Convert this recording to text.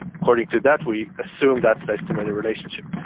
according to that we assume that's the estimated relationship.